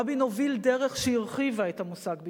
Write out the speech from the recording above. רבין הוביל דרך שהרחיבה את המושג "ביטחון",